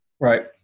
right